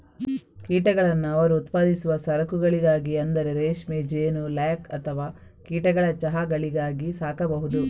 ಕೀಟಗಳನ್ನು ಅವರು ಉತ್ಪಾದಿಸುವ ಸರಕುಗಳಿಗಾಗಿ ಅಂದರೆ ರೇಷ್ಮೆ, ಜೇನು, ಲ್ಯಾಕ್ ಅಥವಾ ಕೀಟಗಳ ಚಹಾಗಳಿಗಾಗಿ ಸಾಕಬಹುದು